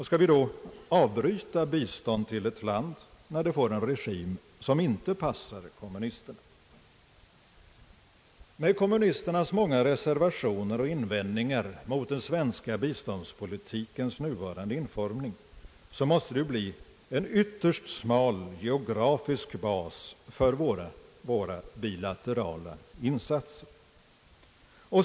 Skall vi då avbryta bistånd till ett land, när det får en regim, som inte passar kommunisterna? Med kommunisternas många reservationer och invändningar mot den svenska biståndspolitikens nuvarande utformning måste det ju bli en ytterst smal geografisk bas för våra bilaterala insatser.